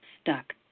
Stuck